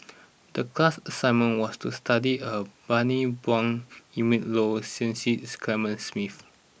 the class assignment was to study Bani Buang Willin Low and Cecil Clementi Smith